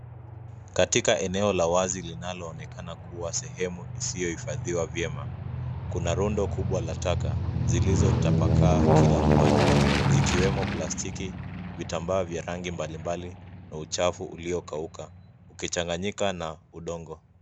Katika eneo la wazi linaloonekana kuwa sehemu isiyohifadhiwa vyema, kuna rundo kubwa la taka zilizotapakaa kila upande zikiwemo plastiki, vitambaa vya rangi mbalimbali na uchafu uliokauka ukichanganyika na udongo.